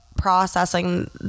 processing